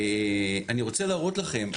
אני רוצה להראות לכם,